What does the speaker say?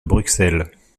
bruxelles